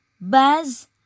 buzz